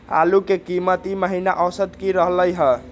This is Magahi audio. आलू के कीमत ई महिना औसत की रहलई ह?